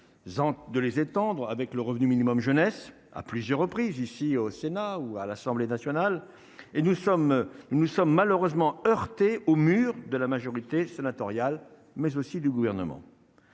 de les étendre avec le Revenu minimum jeunesse à plusieurs reprises ici au Sénat ou à l'Assemblée nationale et nous sommes, nous sommes malheureusement heurté au mur de la majorité sénatoriale, mais aussi du gouvernement.